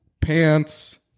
pants